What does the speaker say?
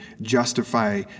justify